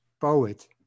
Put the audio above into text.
poet